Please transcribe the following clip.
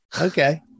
okay